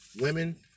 women